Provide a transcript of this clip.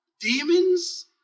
demons